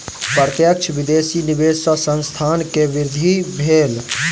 प्रत्यक्ष विदेशी निवेश सॅ संस्थान के वृद्धि भेल